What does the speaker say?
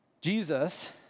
Jesus